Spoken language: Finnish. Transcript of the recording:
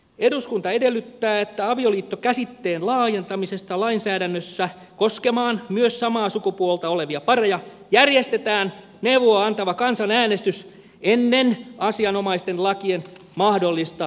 eduskunta edellyttää että avioliittokäsitteen laajentamisesta lainsäädännössä koskemaan myös samaa sukupuolta olevia pareja järjestetään neuvoa antava kansanäänestys ennen asianomaisten lakien mahdollista muuttamista